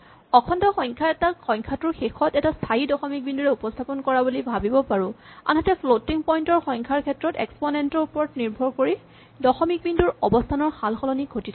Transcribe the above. অখণ্ড সংখ্যা এটাক সংখ্যাটোৰ শেষত এটা স্হায়ী দশমিক বিন্দুৰে উপস্হাপন কৰা বুলি ভাৱিব পাৰো আনহাতে ফ্লটিং পইন্ট সংখ্যাৰ ক্ষেত্ৰত এক্সপনেন্ট ৰ ওপৰত নিৰ্ভৰ কৰি দশমিক বিন্দুৰ অৱস্হানৰ সালসলনি ঘটি থাকে